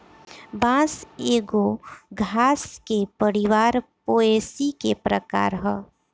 बांस एगो घास के परिवार पोएसी के प्रकार ह